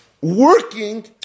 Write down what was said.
working